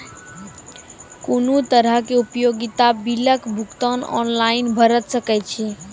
कुनू तरहक उपयोगिता बिलक भुगतान ऑनलाइन भऽ सकैत छै?